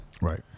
Right